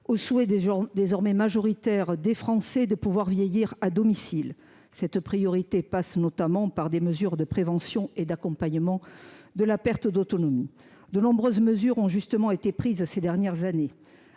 Français – désormais majoritaires – de pouvoir vieillir à domicile. Cette priorité passe notamment par des mesures de prévention et d’accompagnement de la perte d’autonomie. Justement, nombre de mesures ont été prises ces dernières années.